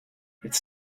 it’s